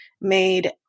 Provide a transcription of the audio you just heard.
made